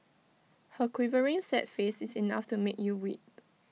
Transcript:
her quivering sad face is enough to make you weep